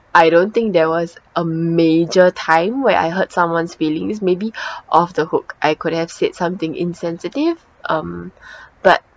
I don't think there was a major time where I hurt someone's feelings maybe off the hook I could have said something insensitive um but